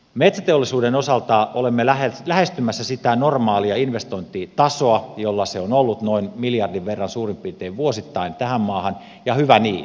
metsäteollisuuden osalta olemme lähestymässä sitä normaalia investointitasoa jolla se on ollut noin miljardin verran suurin piirtein vuosittain tähän maahan ja hyvä niin